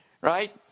right